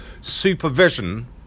supervision